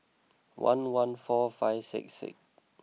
one one four five six six